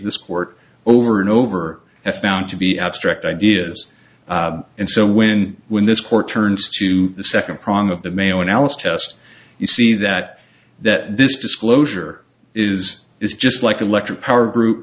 this court over and over and found to be abstract ideas and so when when this court turns to the second prong of the mayo and alice test you see that that this disclosure is is just like electric power gr